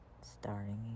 starting